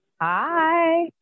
Hi